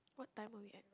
what time are we at now